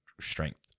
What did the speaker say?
strength